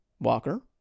Walker